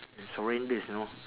it's horrendous know